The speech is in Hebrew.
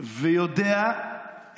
ויודע,